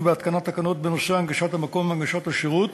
בהתקנת תקנות בנושא הנגשת המקום והנגשת השירות,